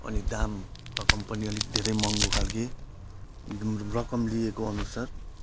अनि दाम रकम पनि अलिक धेरै महँगो खाल्के रकम लिएको अनुसार